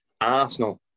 Arsenal